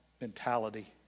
Mentality